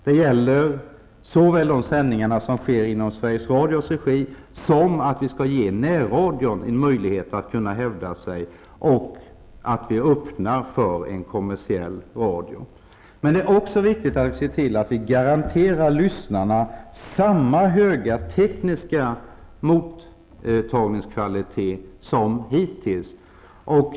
Det gäller såväl de sändningar som sker inom Sveriges Radios regi, som att vi skall ge närradion en möjlighet att hävda sig samt att vi skall öppna för en kommersiell radio. Men det är också viktigt att se till att vi garanterar lyssnarna samma höga tekniska mottagningskvalitet som hittills.